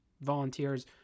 Volunteers